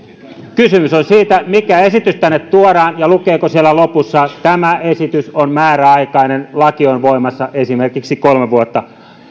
kysymys on siitä mikä esitys tänne tuodaan ja lukeeko siellä lopussa tämä esitys on määräaikainen laki on voimassa esimerkiksi kolme vuotta